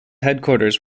headquarters